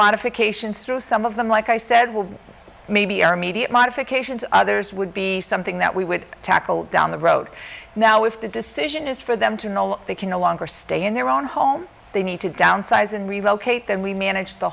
modifications through some of them like i said well maybe our immediate modifications others would be something that we would tackle down the road now if the decision is for them to know they can no longer stay in their own home they need to downsize and relocate then we manage the